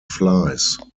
flies